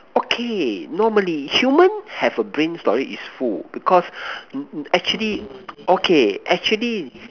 okay normally human have a brain storage it's full because actually okay actually